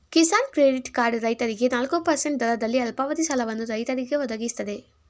Kisan credit card ರೈತರಿಗೆ ನಾಲ್ಕು percent ದರದಲ್ಲಿ ಅಲ್ಪಾವಧಿ ಸಾಲವನ್ನು ರೈತರಿಗೆ ಒದಗಿಸ್ತದೆ